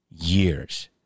years